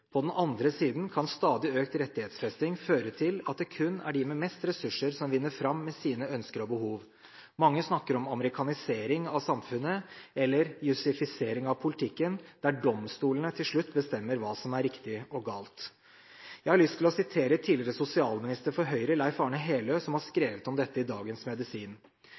På den andre siden kan stadig økt rettighetsfesting føre til at det kun er de med mest ressurser som vinner fram med sine ønsker og behov. Mange snakker om amerikanisering av samfunnet, eller «jussifisering» av politikken, der domstolene til slutt bestemmer hva som er riktig og galt. Jeg har lyst til å sitere tidligere sosialminister for Høyre, Leif Arne Heløe, som har skrevet om dette i